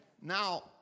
Now